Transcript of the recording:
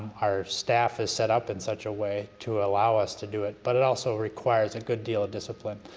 our staff is set up in such a way to allow us to do it, but it also requires a good deal of discipline.